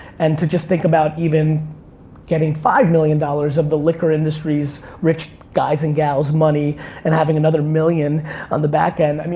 and to just think about even getting five million dollars of the liquor industry's rich guys' and gals' money and having another million on the backend. i mean